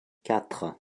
quatre